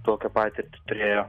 tokią patirtį turėjo